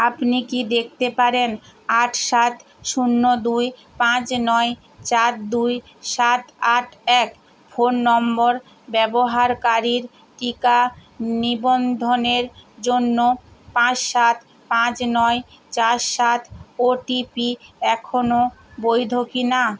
আপনি কি দেখতে পারেন আট সাত শূন্য দুই পাঁচ নয় চার দুই সাত আট এক ফোন নম্বর ব্যবহারকারীর টিকা নিবন্ধনের জন্য পাঁচ সাত পাঁচ নয় চার সাত ওটিপি এখনো বৈধ কিনা